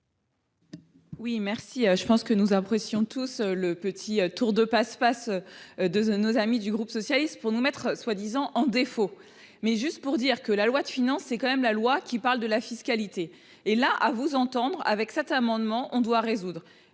Oui merci. Je pense que nous apprécions tous le petit tour de passe-passe. 2 à nos amis du groupe socialiste pour nous mettre soi-disant en défaut, mais juste pour dire que la loi de finance c'est quand même la loi qui parle de la fiscalité et là, à vous entendre avec cet amendement on doit résoudre